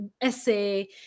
essay